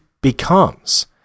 becomes